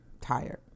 tired